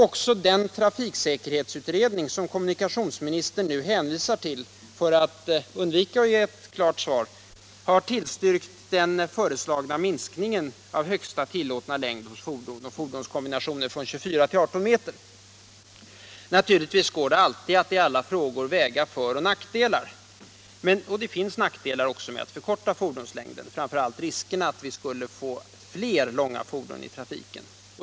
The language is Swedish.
Också den trafiksäkerhetsutredning som kommunikationsministern nu hänvisar till för att undvika att ge ett klart svar har tillstyrkt den föreslagna minskningen av högsta tillåtna längd hos fordon och fordonskombinationer från 24 till 18 m. Naturligtvis går det alltid att i alla frågor väga fördelar mot nackdelar. Det finns också nackdelar med att förkorta fordonslängden — främst risken för att vi då skulle få fler långa fordon i trafiken.